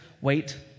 wait